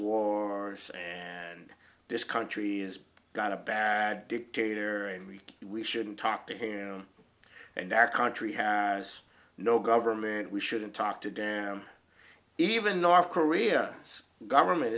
wars and this country is got a bad dictator i mean we shouldn't talk to him and our country has no government we shouldn't talk to them even north korea us government